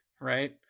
right